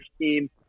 team